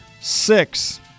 six